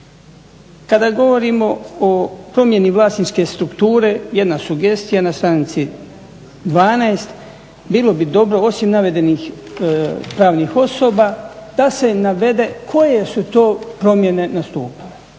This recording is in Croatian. Kada govorimo o promjeni vlasničke strukture, jedna sugestija, na stranici 12, bilo bi dobro osim navedenih pravnih osoba da se navede koje su to promjene nastupile.